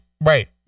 Right